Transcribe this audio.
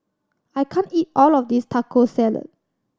I can't eat all of this Taco Salad